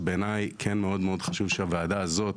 שבעיניי כן מאוד מאוד חשוב שהוועדה הזאת,